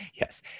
Yes